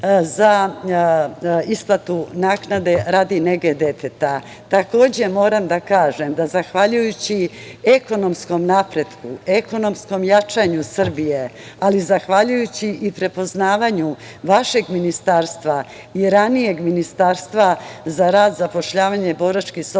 za isplatu naknade radi nege deteta. Moram da kažem da zahvaljujući ekonomskom napretku, ekonomskom jačanju Srbije, ali zahvaljujući i prepoznavanju vašeg ministarstva i ranijeg Ministarstva za rad, zapošljavanje, boračka i socijalna